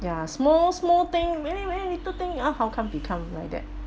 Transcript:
ya small small thing very very little thing ah how come become like that